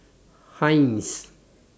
Heinz